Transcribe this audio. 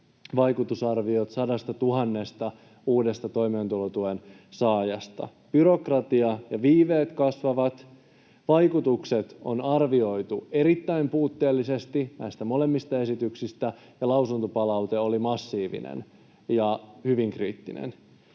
vaikutusarviot sadastatuhannesta uudesta toimeentulotuen saajasta. Byrokratia ja viiveet kasvavat. Vaikutukset on arvioitu erittäin puutteellisesti näistä molemmista esityksistä. Ja lausuntopalaute oli massiivinen ja hyvin kriittinen.